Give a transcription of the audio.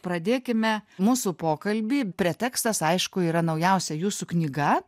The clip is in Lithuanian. pradėkime mūsų pokalbį pretekstas aišku yra naujausia jūsų knyga